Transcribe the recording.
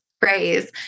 phrase